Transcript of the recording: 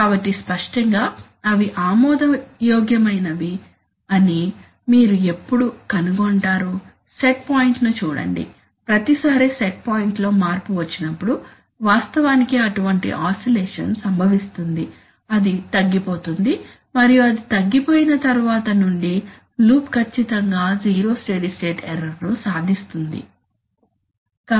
కాబట్టి స్పష్టంగా అవి ఆమోదయోగ్యమైనవని అని మీరు ఎప్పుడు కనుగొంటారు సెట్ పాయింట్ను చూడండి ప్రతిసారీ సెట్ పాయింట్ లో మార్పు వచ్చినప్పుడు వాస్తవానికి అటువంటి ఆసిలేషన్ సంభవిస్తుంది అది తగ్గిపోతుంది మరియు అది తగ్గిపోయిన తర్వాత నుండి లూప్ ఖచ్చితంగా జీరో స్టడీ స్టేట్ ఎర్రర్ ను సాధిస్తుంది